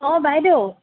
অঁ বাইদেউ